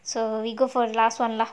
so we go for the last one lah